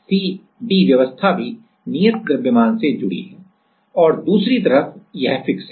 C D व्यवस्था भी नियत द्रव्यमान नियत द्रव्यमान प्रूफ मास proof mass से जुड़ी है और दूसरी तरफ यह फिक्स है